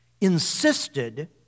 insisted